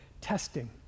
testing